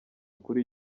kuri